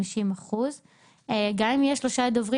50%. גם אם יהיו שלושה דוברים,